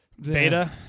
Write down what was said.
Beta